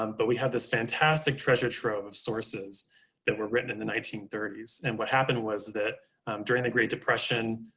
um but we have this fantastic treasure trove of sources that were written in the nineteen thirty s. and what happened was that during the great depression,